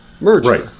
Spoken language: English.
Right